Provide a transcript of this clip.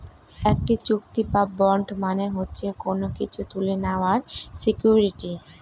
একটি চুক্তি বা বন্ড মানে হচ্ছে কোনো কিছু তুলে নেওয়ার সিকুইরিটি